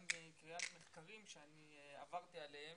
גם מקריאת מחקרים שעברתי עליהם,